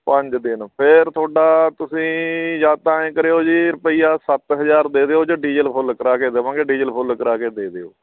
ਪੰਜ ਦਿਨ ਫਿਰ ਤੁਹਾਡਾ ਤੁਸੀਂ ਜਾਂ ਤਾਂ ਐਂ ਕਰਿਓ ਜੀ ਰੁਪਈਆ ਸੱਤ ਹਜ਼ਾਰ ਦੇ ਦਿਓ ਜਾਂ ਡੀਜਲ ਫੁੱਲ ਕਰਾ ਕੇ ਦੇਵਾਂਗੇ ਡੀਜਲ ਫੁੱਲ ਕਰਾ ਕੇ ਦੇ ਦਿਓ